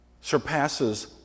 surpasses